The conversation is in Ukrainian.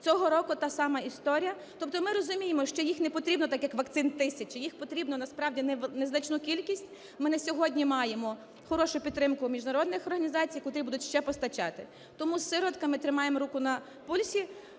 Цього року та сама історія. Тобто ми розуміємо, що їх непотрібно так, як вакцин, тисячі, їх потрібно насправді незначну кількість. Ми на сьогодні маємо хорошу підтримку міжнародних організацій, котрі будуть ще постачати. Тому з сироватками тримаємо руку на пульсі.